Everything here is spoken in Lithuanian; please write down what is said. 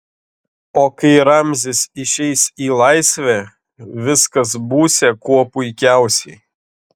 o kai ramzis išeis į laisvę viskas būsią kuo puikiausiai